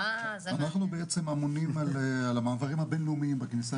אנחנו בעצם אמונים על המעברים הבינלאומיים בכניסה